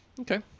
Okay